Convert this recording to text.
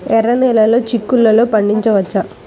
ఎర్ర నెలలో చిక్కుల్లో పండించవచ్చా?